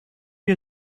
you